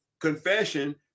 confession